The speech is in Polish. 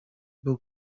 był